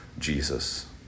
Jesus